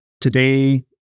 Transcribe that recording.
Today